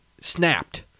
snapped